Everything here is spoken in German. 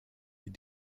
ihr